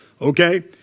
Okay